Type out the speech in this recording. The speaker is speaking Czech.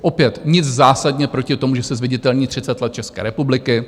Opět nic zásadně proti tomu, že se zviditelní třicet let České republiky.